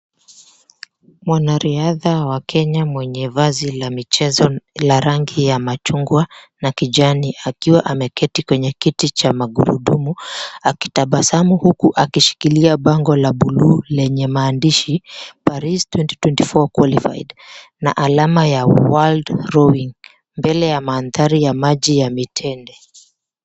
Mwanariadha wa Kenya mwenye vazi la michezo la rangi ya machungwa na kijani, akiwa ameketi kwenye kiti cha magurudumu akitabasamu huku akishikilia bango la buluu lenye maandishi, Paris 2024 Qualified, na alama ya World Rowing, mbele ya mandhari ya maji ya mitende.